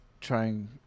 trying